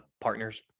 partners